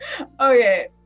Okay